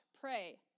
pray